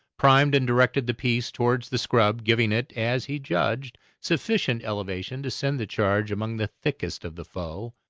primed and directed the piece towards the scrub, giving it, as he judged, sufficient elevation to send the charge among the thickest of the foe.